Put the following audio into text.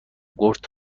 کورت